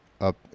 up